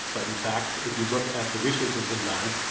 but in fact if you look at the research that's been done,